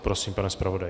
Prosím, pane zpravodaji.